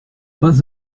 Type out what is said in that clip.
pas